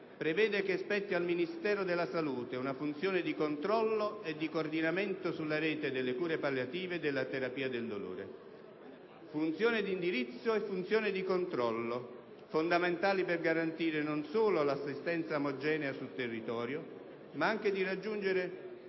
prevede che spetti al Ministero della salute una funzione di controllo e di coordinamento sulla rete delle cure palliative e della terapia del dolore: si tratta di funzioni fondamentali per garantire un'assistenza omogenea sul territorio, ma anche per raggiungere